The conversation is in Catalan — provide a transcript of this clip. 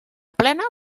plena